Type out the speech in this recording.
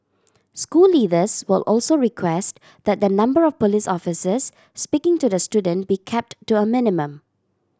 school leaders will also request that the number of police officers speaking to the student be kept to a minimum